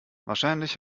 wahrscheinlich